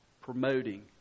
promoting